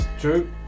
True